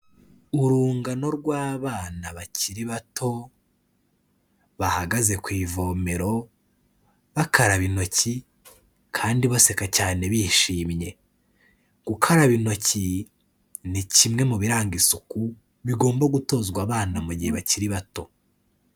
Urungano rw'abana bakiri bato bahagaze ku ivomero bakaraba intoki kandi baseka cyane bishimye, gukaraba intoki ni kimwe mu biranga isuku, bigomba gutozwa abana mu gihe bakiri bato.